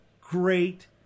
great